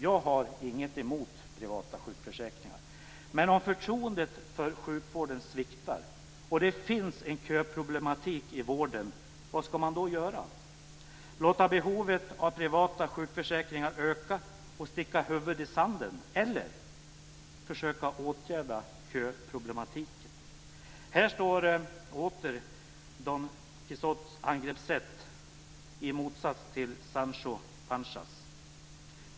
Jag har inget emot privata sjukförsäkringar. Men om förtroendet för sjukvården sviktar och det finns en köproblematik i vården - vad ska man då göra? Ska man låta behovet av privata sjukförsäkringar öka och sticka huvudet i sanden? Eller ska man försöka åtgärda köproblematiken? Här står åter Don Quijotes angreppssätt i motsats till Sancho Panzas.